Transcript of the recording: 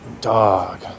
Dog